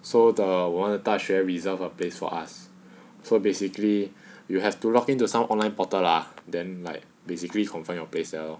so the 我们的大学 reserve a place for us so basically you have to log into some online portal lah then like basically confirm your place there lor